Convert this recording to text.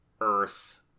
earth